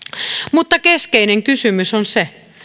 mutta keskeinen kysymys on se